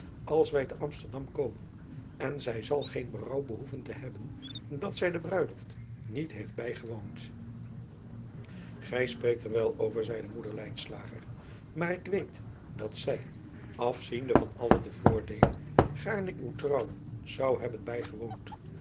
als wij te msterdam komen en zij zal geen berouw behoeven te hebben dat zij de bruiloft niet heeft bijgewoond ij spreekt er wel over zeide oeder maar ik weet dat zij afziende van alle de voordeelen gaarne uw trouwen zou hebben bijgewoond